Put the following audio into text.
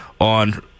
on